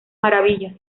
maravillas